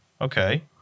Okay